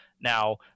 Now